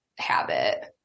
habit